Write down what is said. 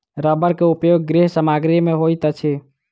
रबड़ के उपयोग गृह सामग्री में होइत अछि